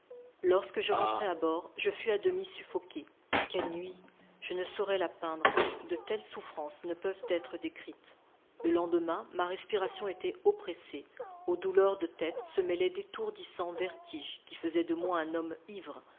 lorsque je rentrai à bord je fus à demi suffoqué quelle nuit je ne saurais la peindre de telles souffrances ne peuvent être décrites le lendemain ma respiration était oppressée aux douleurs de tête se mêlaient d'étourdissants vertiges qui faisaient de moi un homme ivre